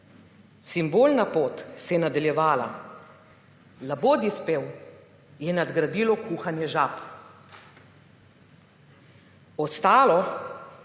Simbolna pot se je nadaljevala. Labodji spev je nadgradilo kuhanje žab. Ostalo